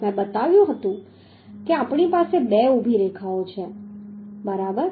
મેં બતાવ્યું હતું કે આપણી પાસે બે ઊભી રેખાઓ છે બરાબર